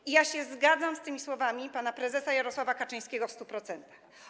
I ja się zgadzam z tymi słowami pana prezesa Jarosława Kaczyńskiego w 100%.